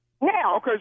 Now